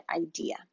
idea